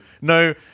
no